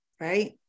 right